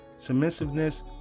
submissiveness